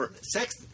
Sex